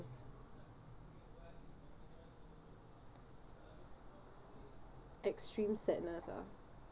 extreme sadness ah